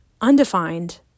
undefined